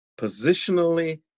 positionally